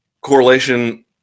correlation